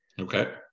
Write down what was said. Okay